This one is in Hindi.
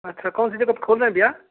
अच्छा कौन सी जगह पर खोल रहे हैं भैया